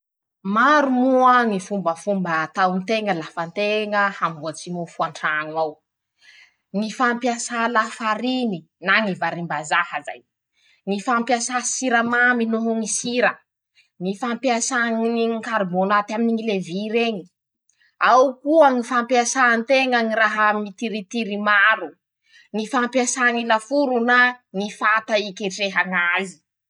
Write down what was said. Maro moa ñy fombafomba ataon-teña lafa teña hamboatsy mofo an-traño ao: -ñy fampiasà lafariny na ñy varim-bazaha zay ;ñy fampiasa siramamy noho ñy sira ;ñy fampiasà ñy karbônaty aminy ñy levir'eñy ;ao koa ñy fampiasan-teña ñy raha mitirin-tiry maro ;ñy fampiasà ñy laforo moa na ñy fata iketreha ñ' azy.